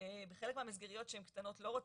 חלק מהמסגריות שהן קטנות אנחנו לא רוצים,